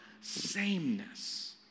sameness